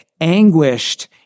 anguished